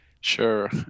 Sure